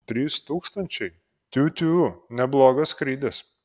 trys tūkstančiai tiū tiū neblogas skrydis